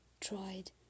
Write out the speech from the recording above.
tried